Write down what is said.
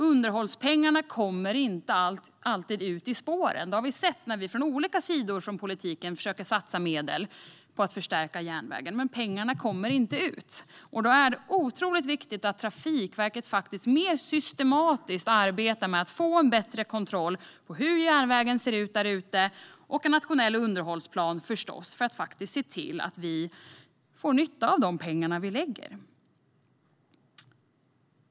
Underhållspengarna kommer inte alltid ut till spåren; det har vi sett när vi från olika sidor av politiken försökt satsa medel på att förstärka järnvägen. Pengarna kommer inte ut, och då är det otroligt viktigt att Trafikverket arbetar mer systematiskt för att få bättre kontroll på hur järnvägen ser ut där ute och ta fram en nationell underhållsplan för att se till att vi får nytta av de pengar vi satsar.